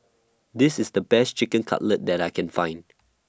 This IS The Best Chicken Cutlet that I Can Find